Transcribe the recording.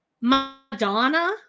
madonna